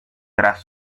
tras